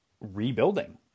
rebuilding